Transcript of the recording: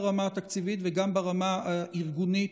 גם ברמה התקציבית וגם ברמה הארגונית.